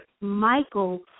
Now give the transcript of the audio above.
Michael